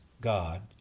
God